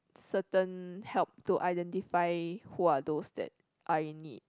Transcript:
certain help to identify who are those that are in need